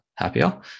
happier